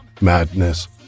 Madness